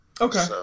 Okay